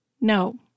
No